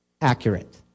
Accurate